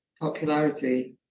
popularity